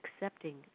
accepting